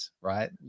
right